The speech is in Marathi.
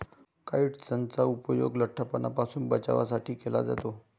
काइट्सनचा उपयोग लठ्ठपणापासून बचावासाठी केला जातो